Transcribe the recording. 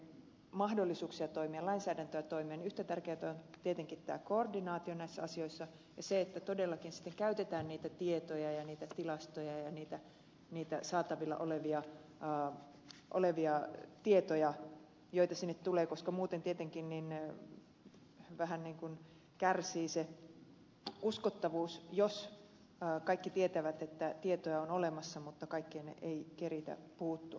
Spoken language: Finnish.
mahdollisuuksia toimia lainsäädäntötoimin on tietenkin koordinaatio näissä asioissa ja se että todellakin sitten käytetään niitä tietoja ja niitä tilastoja ja niitä saatavilla olevia tietoja joita sinne tulee koska muuten tietenkin vähän ikään kuin kärsii se uskottavuus jos kaikki tietävät että tietoja on olemassa mutta kaikkeen ei keritä puuttua